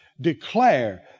declare